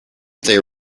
their